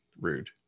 rude